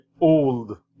old